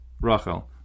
Rachel